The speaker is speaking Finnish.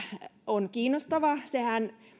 on kiinnostava sehän